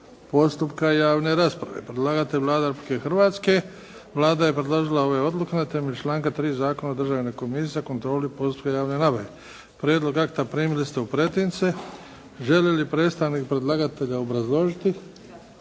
postupaka javne nabave, Predlagatelj: Vlada Republike Hrvatske Vlada je predložila ove odluke na temelju članka 3. Zakona o Državnoj komisiji za kontrolu postupka javne nabave. Prijedlog akta primili ste u pretince. Želi li predstavnik predlagatelja obrazložiti?